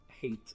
hate